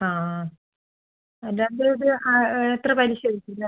ആ ആ അല്ലാണ്ടിത് ആ അത്ര പലിശയായിരിക്കും വരിക